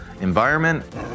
environment